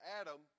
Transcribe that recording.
Adam